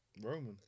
Roman